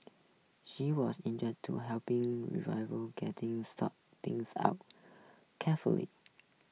she was to helping getting sort things out carefully